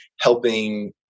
helping